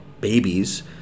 babies